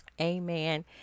Amen